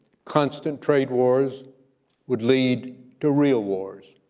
constant trade wars would lead to real wars,